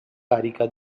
carica